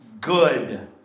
good